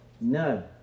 No